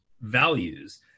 values